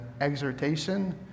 exhortation